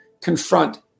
confront